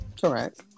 Correct